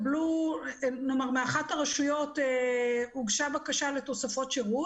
מאחת הרשויות הוגשה בקשה לתוספות שירות.